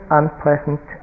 unpleasant